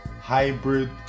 hybrid